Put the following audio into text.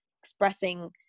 expressing